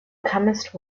comest